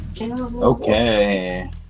Okay